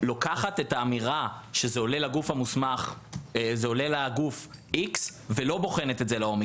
לוקחת את האמירה שזה עולה לגוף המוסמך X ולא בוחנת את זה לעומק.